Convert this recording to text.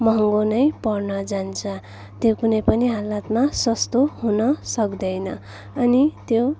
महँगो नै पर्न जान्छ त्यो कुनै पनि हालतमा सस्तो हुन सक्दैन अनि त्यो